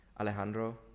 Alejandro